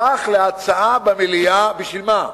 הפך להצעה במליאה, בשביל מה?